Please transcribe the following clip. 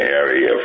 area